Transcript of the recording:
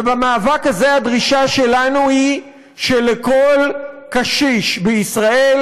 ובמאבק הזה הדרישה שלנו היא שלכל קשיש בישראל